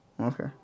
Okay